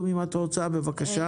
אני בודקת.